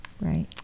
Right